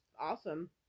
awesome